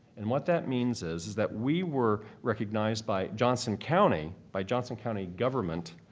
and what that means is is that we were recognized by johnson county, by johnson county government,